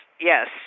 yes